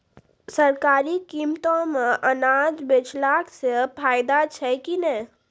सरकारी कीमतों मे अनाज बेचला से फायदा छै कि नैय?